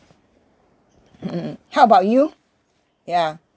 mm how about you ya